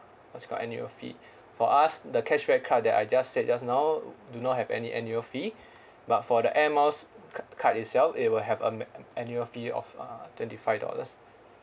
what's it called annual fee for us the cashback card that I just said just now do not have any annual fee but for the Air Miles ca~ card itself it will have a ma~ annual fee of uh twenty five dollars